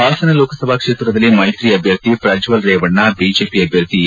ಹಾಸನ ಲೋಕಸಭಾ ಕ್ಷೇತ್ರದಲ್ಲಿ ಮೈತ್ರಿ ಅಭ್ಯರ್ಥಿ ಪ್ರಜ್ವಲ್ ರೇವಣ್ಣ ಬಿಜೆಪಿ ಅಭ್ಯರ್ಥಿ ಎ